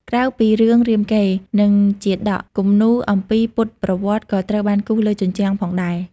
ក្រៅពីរឿងរាមកេរ្តិ៍ និងជាតក គំនូរអំពីពុទ្ធប្រវត្តិក៏ត្រូវបានគូរលើជញ្ជាំងផងដែរ។